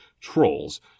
Trolls